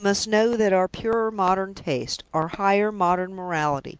he must know that our purer modern taste, our higher modern morality,